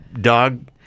dog